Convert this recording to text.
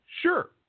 sure